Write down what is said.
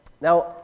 now